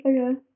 Okay